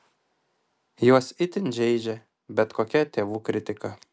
juos itin žeidžia bet kokia tėvų kritika